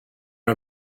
are